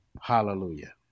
Hallelujah